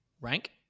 rank